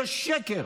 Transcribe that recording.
זה שקר,